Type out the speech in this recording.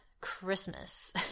Christmas